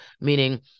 meaning